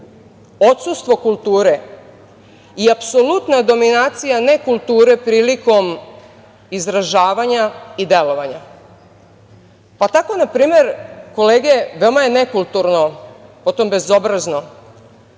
odsustvo kulture i apsolutna je dominacija nekulture prilikom izražavanja i delovanja. Tako, na primer, kolege veoma je nekulturno, potom bezobrazno,